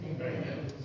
Amen